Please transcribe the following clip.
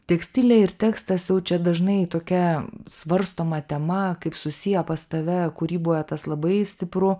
tekstilė ir tekstas jau čia dažnai tokia svarstoma tema kaip susiję pas tave kūryboje tas labai stipru